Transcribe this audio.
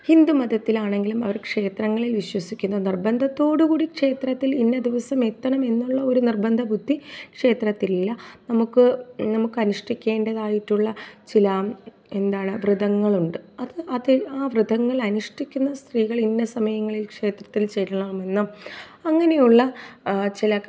ഹിന്ദു മതത്തിലാണെങ്കിലും അവർ ക്ഷേത്രങ്ങളിൽ വിശ്വസിക്കുന്നു നിർബന്ധത്തോട് കൂടി ക്ഷേത്രത്തിൽ ഇന്ന ദിവസം എത്തണമെന്നുള്ള ഒരു നിർബന്ധ ബുദ്ധി ക്ഷേത്രത്തിലില്ല നമുക്ക് നമുക്കനുഷ്ഠിക്കേണ്ടതായിട്ടുള്ള ചില എന്താണ് വ്രതങ്ങളുണ്ട് അത് അത് ആ വ്രതങ്ങൾ അനുഷ്ഠിക്കുന്ന സ്ത്രീകൾ ഇന്ന സമയങ്ങളിൽ ക്ഷേത്രത്തിൽ ചെല്ലണം എന്ന് അങ്ങനെയുള്ള ചില